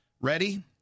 Ready